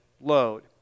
load